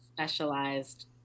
specialized